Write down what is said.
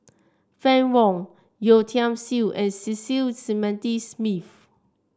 Fann Wong Yeo Tiam Siew and Cecil Clementi Smith